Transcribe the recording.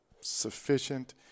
sufficient